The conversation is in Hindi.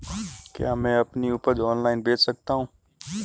क्या मैं अपनी उपज ऑनलाइन बेच सकता हूँ?